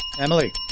emily